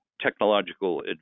technological